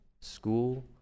school